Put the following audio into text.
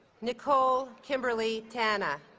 nicole kimberly tanna